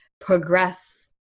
progress